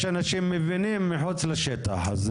יש אנשים מבינים מחוץ לשטח,